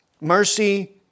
mercy